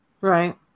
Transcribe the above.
Right